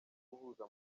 guhuza